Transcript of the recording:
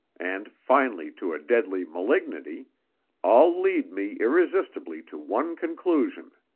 and finally to a deadly malignity all lead me irresistibly to one conclusion.